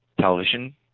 television